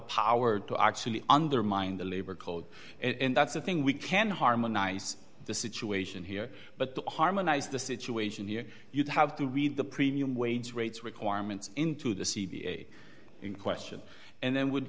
power to actually undermine the labor code and that's a thing we can harmonize the situation here but the harmonize the situation here you'd have to read the premium wage rates requirements into the c v a in question and then would